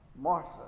Martha